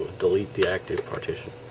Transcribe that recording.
delete the active partition